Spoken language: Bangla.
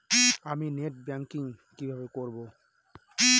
আমি নেট ব্যাংকিং কিভাবে করব?